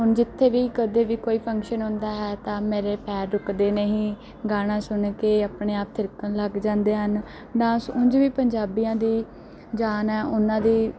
ਹੁਣ ਜਿੱਥੇ ਵੀ ਕਦੇ ਵੀ ਕੋਈ ਫੰਕਸ਼ਨ ਹੁੰਦਾ ਹੈ ਤਾਂ ਮੇਰੇ ਪੈਰ ਰੁਕਦੇ ਨਹੀਂ ਗਾਣਾ ਸੁਣ ਕੇ ਆਪਣੇ ਆਪ ਥਿਰਕਣ ਲੱਗ ਜਾਂਦੇ ਹਨ ਡਾਂਸ ਉਂਝ ਵੀ ਪੰਜਾਬੀਆਂ ਦੀ ਜਾਨ ਹੈ ਉਹਨਾਂ ਦੀ